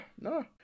no